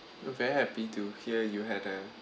we're very happy to hear you had a